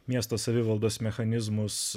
miesto savivaldos mechanizmus